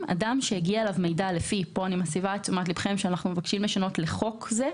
מידע לפי פרק זה,